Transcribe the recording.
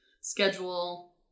schedule